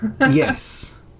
yes